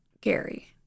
Gary